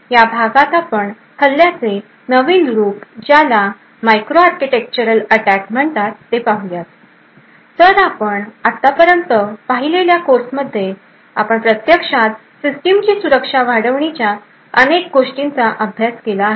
तर आपण आतापर्यंत पाहिलेल्या कोर्समध्ये आपण प्रत्यक्षात सिस्टिमची सुरक्षा वाढविण्याच्या अनेक गोष्टींचा अभ्यास केला आहे